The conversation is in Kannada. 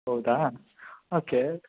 ಹೌದಾ ಓಕೆ